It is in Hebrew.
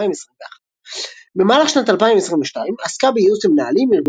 2021. במהלך שנת 2022 עסקה בייעוץ למנהלים,